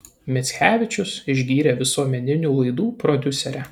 michevičius išgyrė visuomeninių laidų prodiuserę